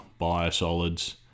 biosolids